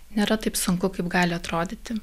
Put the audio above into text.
nėra taip sunku kaip gali atrodyti